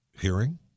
hearing